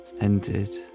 ended